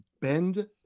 Bend